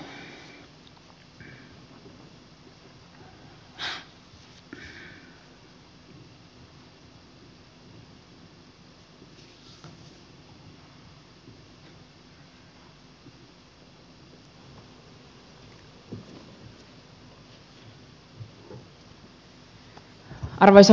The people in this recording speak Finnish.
arvoisa puhemies